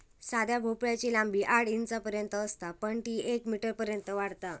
साध्या भोपळ्याची लांबी आठ इंचांपर्यंत असता पण ती येक मीटरपर्यंत वाढता